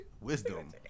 wisdom